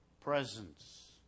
presence